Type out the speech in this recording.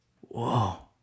Whoa